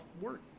work